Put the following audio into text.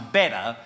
better